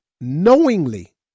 knowingly